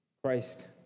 Christ